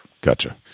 Gotcha